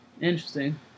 Interesting